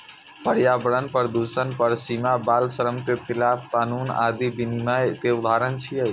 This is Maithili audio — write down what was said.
पर्यावरण प्रदूषण पर सीमा, बाल श्रम के खिलाफ कानून आदि विनियम के उदाहरण छियै